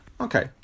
Okay